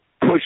push